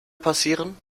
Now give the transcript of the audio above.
passieren